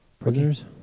Prisoners